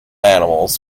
animals